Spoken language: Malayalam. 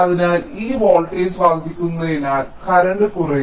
അതിനാൽ ഈ വോൾട്ടേജ് വർദ്ധിക്കുന്നതിനാൽ കറന്റ് കുറയും